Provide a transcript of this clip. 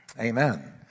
Amen